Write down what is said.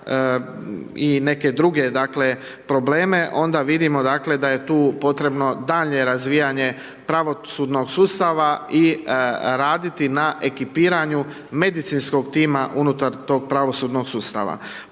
i neke druge, dakle, probleme, onda vidimo, dakle, da je tu potrebno daljnje razvijanje pravosudnog sustava i raditi na ekipiranju medicinskog tima unutar tog pravosudnog sustava.